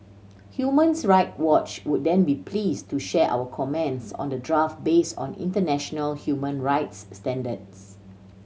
Human's Right Watch would then be pleased to share our comments on the draft based on international human rights standards